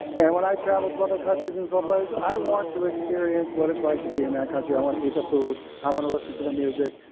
and when i travel to other countries in some so place, i want to experience what it's like to be in that country, i wanna eat the food, i wanna listen to the music,